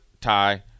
tie